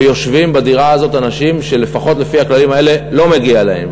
ויושבים בדירה הזאת אנשים שלפחות לפי הכללים האלה לא מגיע להם,